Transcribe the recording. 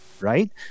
right